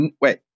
Wait